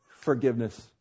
Forgiveness